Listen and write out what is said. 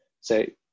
say